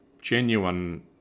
genuine